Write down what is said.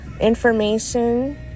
information